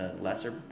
lesser